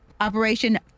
Operation